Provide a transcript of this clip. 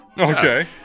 Okay